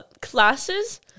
classes